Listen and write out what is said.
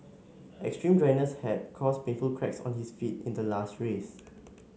extreme dryness had caused painful cracks on his feet in the last race